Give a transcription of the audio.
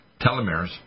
telomeres